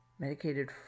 Medicated